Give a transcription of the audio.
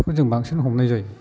बेखौ जों बांसिन हमनाय जायो